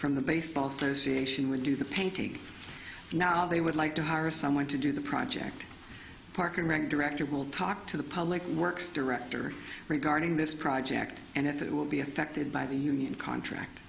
would do the paintings now they would like to hire someone to do the project park and rent director will talk to the public works director regarding this project and if it will be affected by the union contract